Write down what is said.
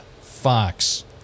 fox